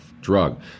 drug